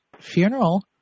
funeral